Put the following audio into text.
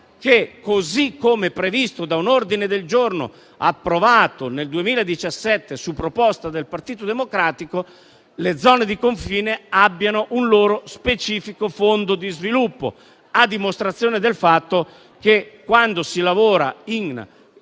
così come previsto da un ordine del giorno approvato nel 2017 su proposta del Partito Democratico, che le zone di confine abbiano un loro specifico fondo di sviluppo. Ciò a dimostrazione del fatto che, quando si lavora in